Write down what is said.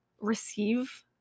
receive